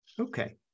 okay